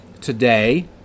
Today